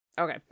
Okay